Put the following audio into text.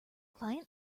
client